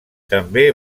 també